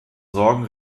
sorgen